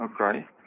Okay